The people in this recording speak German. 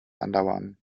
andauern